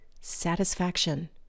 satisfaction